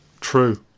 True